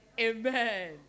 amen